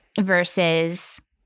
versus –